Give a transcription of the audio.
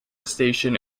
station